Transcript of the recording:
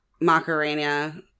Macarena